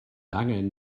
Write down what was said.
angen